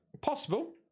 possible